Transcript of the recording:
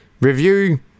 review